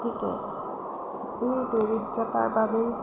গতিকে এই দৰিদ্ৰতাৰ বাবেই